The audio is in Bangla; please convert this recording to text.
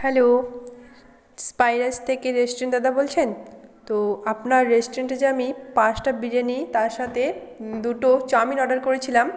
হ্যালো স্পাইরাস থেকে রেস্টুরেন্ট দাদা বলছেন তো আপনার রেস্টুরেন্টে যে আমি পাঁচটা বিরিয়ানি তার সাথে দুটো চাওমিন অর্ডার করেছিলাম